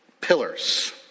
pillars